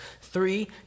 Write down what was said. three